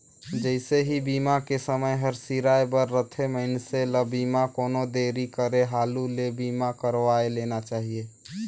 जइसे ही बीमा के समय हर सिराए बर रथे, मइनसे ल बीमा कोनो देरी करे हालू ले बीमा करवाये लेना चाहिए